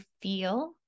feel